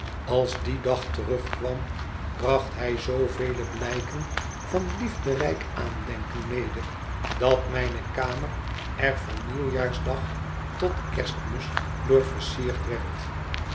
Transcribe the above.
ah die dag terugkwam bracht hij zoovele blijken van liefderijk aandenken mede dat mijne kamer er van nieuwjaarsdag tot kerstmis door versierd werd